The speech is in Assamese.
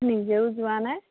নিজেও যোৱা নাই